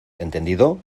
entendido